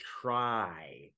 try